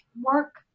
work